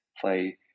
play